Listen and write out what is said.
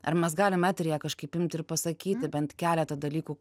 ar mes galim eteryje kažkaip imt ir pasakyti bent keletą dalykų